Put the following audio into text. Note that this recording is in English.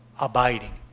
abiding